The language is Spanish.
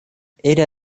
era